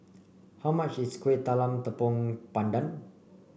how much is Kuih Talam Tepong Pandan